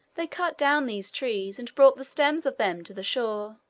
they cut down these trees, and brought the stems of them to the shore,